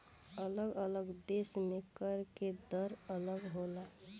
अलग अलग देश में कर के दर अलग होला